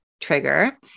trigger